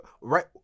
right